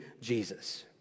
Jesus